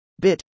BIT